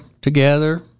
together